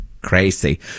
Crazy